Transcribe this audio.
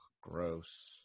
gross